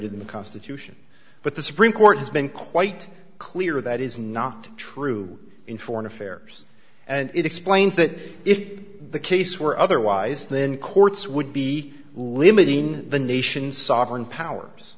the constitution but the supreme court has been quite clear that is not true in foreign affairs and it explains that if the case were otherwise then courts would be limiting the nation's sovereign powers